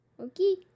Okay